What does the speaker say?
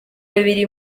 bibiri